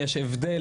יש הבדל,